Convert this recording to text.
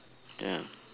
ya